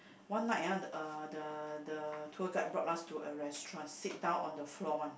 one night ah uh the the tour guide brought us to a restaurant sit down on the floor one